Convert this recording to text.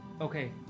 okay